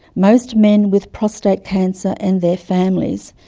most men with prostate cancer and their families,